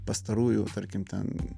pastarųjų tarkim ten